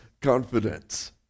confidence